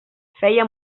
feia